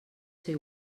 ser